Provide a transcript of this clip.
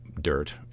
dirt